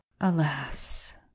Alas